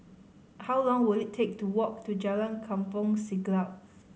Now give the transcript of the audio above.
how long will it take to walk to Jalan Kampong Siglap